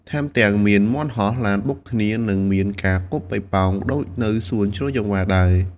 ថែមទាំង មានមាន់ហោះ ឡានបុកគ្នា និងមានការគប់ប៉េងប៉ោងដូចនៅសួនជ្រោយចង្វារដែរ។